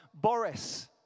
Boris